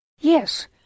Yes